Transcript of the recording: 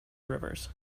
rivers